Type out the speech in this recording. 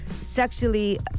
sexually